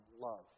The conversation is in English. love